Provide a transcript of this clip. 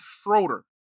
Schroeder